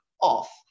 off